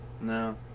No